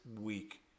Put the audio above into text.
week